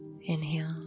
inhale